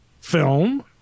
film